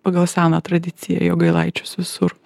pagal seną tradiciją jogailaičius visur